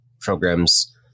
program's